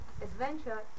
adventure